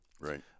Right